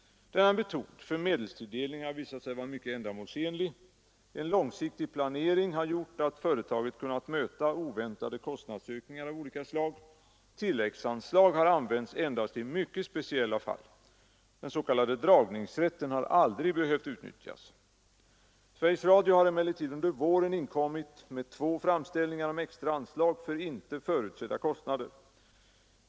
Denna metod för medelstilldelning har visat sig vara mycket ändamålsenlig. En långsiktig planering har gjort att företaget kunnat möta oväntade kostnadsökningar av olika slag. Tilläggsanslag har använts endast i mycket speciella fall. Den s.k. dragningsrätten har aldrig behövt utnyttjas. Sveriges Radio har emellertid under våren inkommit med två framställningar om extra anslag för inte förutsedda kostnader.